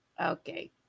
okay